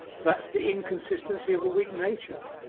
that's the inconsistency of a weak nature.